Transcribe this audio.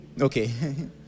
Okay